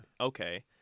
okay